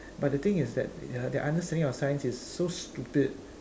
but the thing is that their understanding of science is so stupid